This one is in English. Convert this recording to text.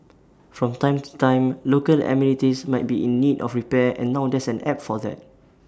from time to time local amenities might be in need of repair and now there's an app for that